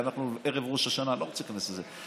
אנחנו ערב ראש השנה, אני לא רוצה להיכנס לזה.